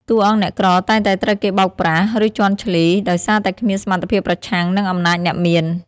តួអង្គអ្នកក្រតែងតែត្រូវគេបោកប្រាស់ ឬជាន់ឈ្លី ដោយសារតែគ្មានសមត្ថភាពប្រឆាំងនឹងអំណាចអ្នកមាន។